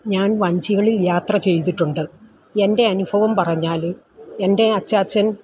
ഞാൻ വഞ്ചികളിൽ യാത്ര ചെയ്തിട്ടുണ്ട് എൻ്റെ അനുഭവം പറഞ്ഞാൽ എൻ്റെ അച്ചാച്ചൻ